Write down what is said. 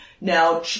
Now